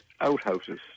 outhouses